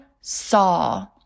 saw